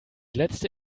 letzte